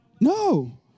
No